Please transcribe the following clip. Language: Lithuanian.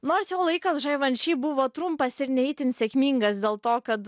nors jo laikas žaivanši buvo trumpas ir ne itin sėkmingas dėl to kad